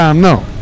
no